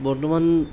বৰ্তমান